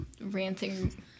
ranting